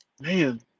Man